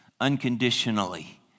unconditionally